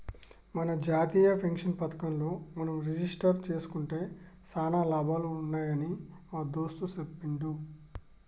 మన జాతీయ పెన్షన్ పథకంలో మనం రిజిస్టరు జేసుకుంటే సానా లాభాలు ఉన్నాయని మా దోస్త్ సెప్పిండు